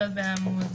בעמ'